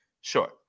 sure